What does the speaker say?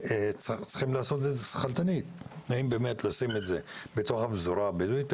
צריכים לעשות שכלתנית האם באמת לשים את זה בתוך הפזורה הבדואית?